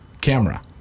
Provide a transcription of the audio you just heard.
camera